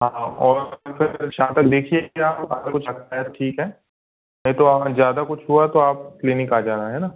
हाँ और शाम तक देखिए क्या ठीक है नही तो ज्यादा कुछ हुआ तो आप क्लिनिक आ जाना है ना